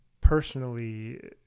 personally